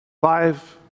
Five